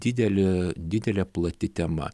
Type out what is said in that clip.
didelė didelė plati tema